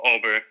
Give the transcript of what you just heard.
Over